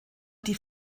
die